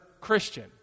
Christian